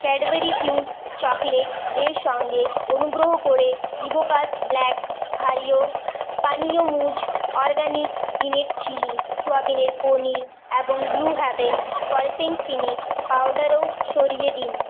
Cadbury Fuse chocolate এর সঙ্গে অনুগ্রহ করে ইভোকাস ব্ল্যাক ক্ষারীয় পানীয় মুজ অরগ্যানিক পিনাট চিলি সয়াবিনের পনির এবং ব্লু হেভেন ফ্ললেস ফিনিশ পাউডারও সরিয়ে দিন